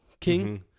king